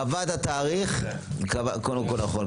קבעת תאריך, קודם כל, נכון.